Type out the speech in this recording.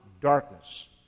darkness